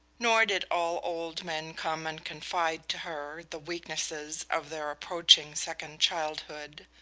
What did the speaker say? nor did all old men come and confide to her the weaknesses of their approaching second childhood.